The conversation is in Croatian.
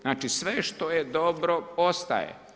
Znači sve što je dobro, ostaje.